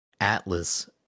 Atlas